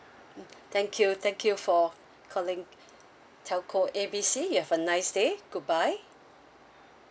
mm thank you thank you for calling telco A B C you have a nice day goodbye